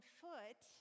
foot